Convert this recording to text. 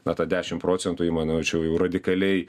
na tą dešimt procentų įmonių čia jau radikaliai